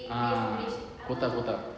ah quota quota